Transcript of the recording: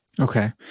Okay